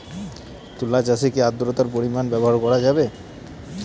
তুলা চাষে কি আদ্রর্তার পরিমাণ ব্যবহার করা যাবে?